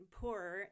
poorer